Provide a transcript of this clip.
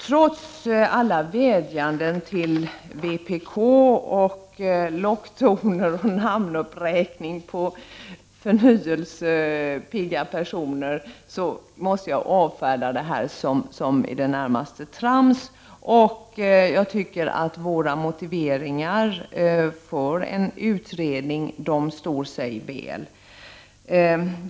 Trots alla vädjanden till vpk, locktoner och namnuppräkningar på förnyelsepigga personer måste jag avfärda det här som i det närmaste trams. Jag tycker att våra motiveringar för en utredning står sig väl.